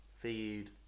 feed